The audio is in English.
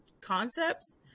concepts